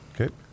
Okay